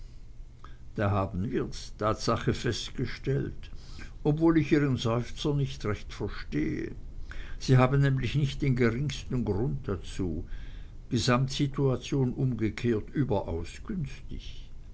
da haben wir's tatsache festgestellt obwohl ich ihren seufzer nicht recht verstehe sie haben nämlich nicht den geringsten grund dazu gesamtsituation umgekehrt überaus günstig